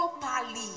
properly